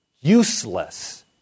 useless